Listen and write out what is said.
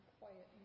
quiet